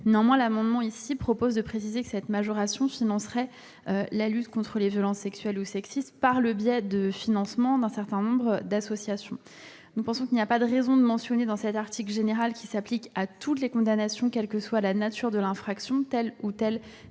En l'occurrence, vous proposez de préciser que cette majoration financerait la lutte contre les violences sexuelles ou sexiste à travers le financement d'un certain nombre d'associations. Nous pensons qu'il n'y a pas de raison de mentionner dans cet article général, qui s'applique à toutes les condamnations, quelle que soit la nature de l'infraction, tel ou tel